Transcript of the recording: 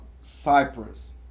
Cyprus